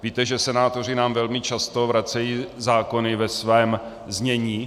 Víte, že senátoři nám velmi často vracejí zákony ve svém znění.